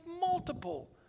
multiple